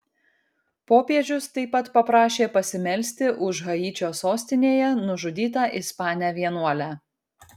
popiežius taip pat paprašė pasimelsti už haičio sostinėje nužudytą ispanę vienuolę